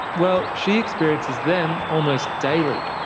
well, she experiences them almost daily.